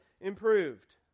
improved